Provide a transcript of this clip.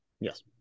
Yes